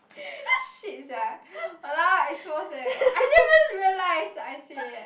shit sia !walao! expose sia I even didn't realize I say eh